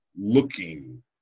looking